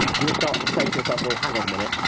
you'll start to say to yourself, well hang on a minute,